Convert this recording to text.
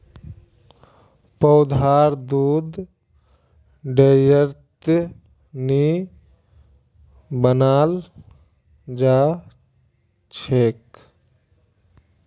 पौधार दुध डेयरीत नी बनाल जाछेक